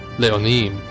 leonim